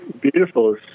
beautiful